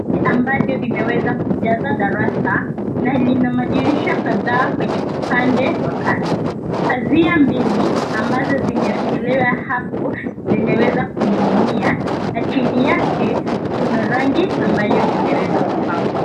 Ambavyo vimeweza kujaza darasa na lina madirisha kadhaa kwenye upande wa kando pazia mbili ambazo zimewekelewa hapo zimeweza kuning'inia na chini yake kuna rangi ambayo imeweza kupakwa.